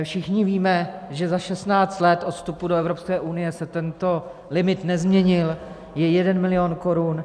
Všichni víme, že za 16 let od vstupu do Evropské unie se tento limit nezměnil, je 1 milion korun.